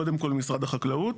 קודם כל במשרד החקלאות,